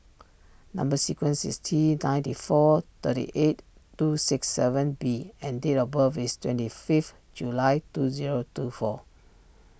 Number Sequence is T ninety four thirty eight two six seven B and date of birth is twenty fifth July two zero two four